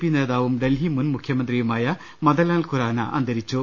P നേതാവും ഡൽഹി മുൻ മുഖ്യമന്ത്രിയുമായ മദൻലാൽ ഖുറാന അന്തരിച്ചു